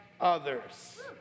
others